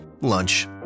lunch